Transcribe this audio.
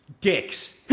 Dicks